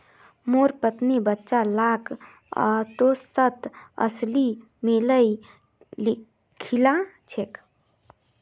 मोर पत्नी बच्चा लाक ओट्सत अलसी मिलइ खिला छेक